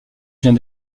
vient